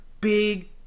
big